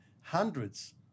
hundreds